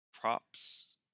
props